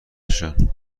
نشان